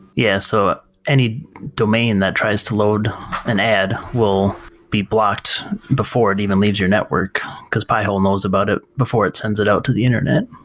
yeah, so any domain that tries to load an ad will be blocked before it even leaves your network, because pi-hole knows about it before it sends it out to the internet.